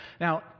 Now